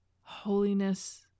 holiness